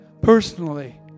personally